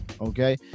Okay